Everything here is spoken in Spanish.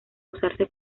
usarse